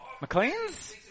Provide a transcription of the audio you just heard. McLean's